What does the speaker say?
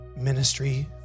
ministry